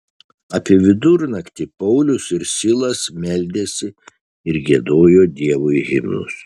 apie vidurnaktį paulius ir silas meldėsi ir giedojo dievui himnus